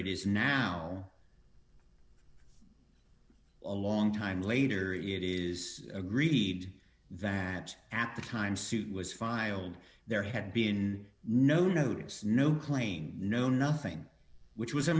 it is now a long time later it is agreed that at the time suit was filed there had been no notice no playing no nothing which was a